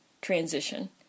transition